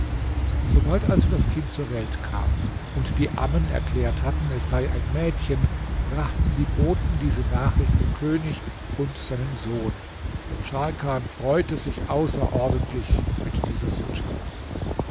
sobald also das kind zur welt kam und die ammen erklärt hatten es sei ein mädchen brachten die boten diese nachricht dem könig und seinem sohn und scharkan freute sich außerordentlich mit dieser botschaft